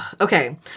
Okay